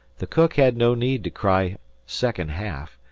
the cook had no need to cry second half.